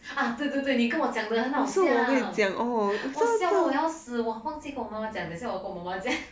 啊对对对你跟我讲的很好笑我笑得我要死我忘记跟我妈妈讲等一下我跟我妈妈讲